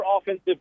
offensive